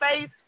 face